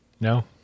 No